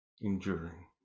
enduring